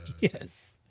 Yes